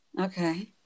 okay